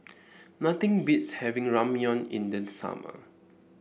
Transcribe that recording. nothing beats having Ramyeon in the summer